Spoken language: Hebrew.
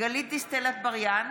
גלית דיסטל אטבריאן,